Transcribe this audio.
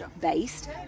based